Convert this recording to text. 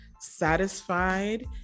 satisfied